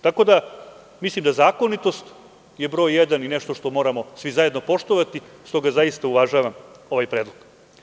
Tako da, mislim da zakonitost je broj jedan i nešto što moramo svi zajedno poštovati, stoga zaista uvažavam ovaj predlog.